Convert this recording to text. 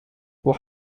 what